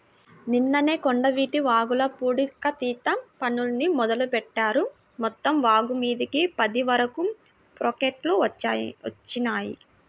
నిన్ననే కొండవీటి వాగుల పూడికతీత పనుల్ని మొదలుబెట్టారు, మొత్తం వాగుమీదకి పది వరకు ప్రొక్లైన్లు వచ్చినియ్యి